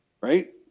right